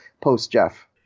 post-Jeff